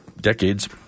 decades